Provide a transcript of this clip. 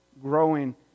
growing